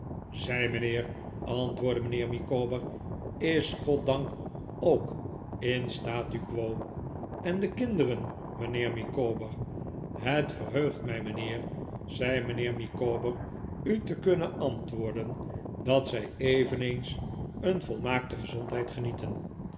zij mijnheer antwoordde mijnheer micawber is goddank ook in statu qu o en de kinderen mijnheer micawber het verheugt mij mijnheer zei mijnheer micawber u te kunnen antwoorden dat zij eveneens een volmaakte gezondheid genieten